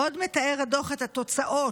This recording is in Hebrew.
עוד מתאר הדוח את התוצאות